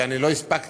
ואני לא הספקתי,